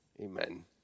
Amen